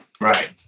Right